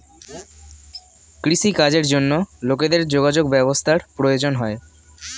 কৃষি কাজের জন্য লোকেদের যোগাযোগ ব্যবস্থার প্রয়োজন হয়